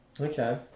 Okay